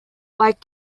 like